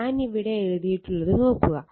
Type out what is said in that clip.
ഞാൻ ഇവിടെ എഴുതിയിട്ടുള്ളത് നോക്കുക